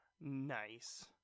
nice